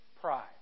Pride